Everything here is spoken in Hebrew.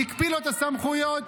הקפיא לו את הסמכויות.